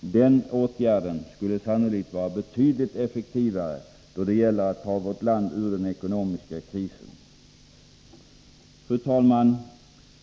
Den åtgärden skulle sannolikt vara betydligt effektivare då det gäller att ta vårt land ur den ekonomiska krisen. Fru talman!